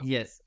Yes